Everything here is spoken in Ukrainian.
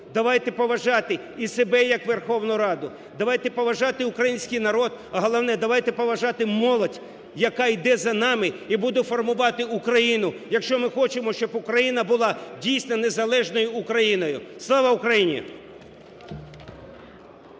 Давайте поважати і себе як Верховну Раду, давайте поважати український народ, а головне – давайте поважати молодь, яка йде за нами і буде формувати Україну, якщо ми хочемо, щоб Україна була, дійсно, незалежною Україною. Слава Україні!